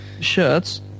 shirts